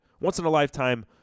once-in-a-lifetime